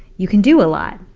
you can do a lot,